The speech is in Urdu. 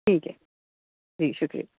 ٹھیک ہے جی شکریہ